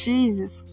Jesus